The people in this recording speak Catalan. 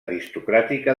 aristocràtica